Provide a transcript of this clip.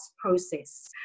process